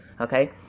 Okay